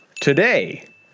today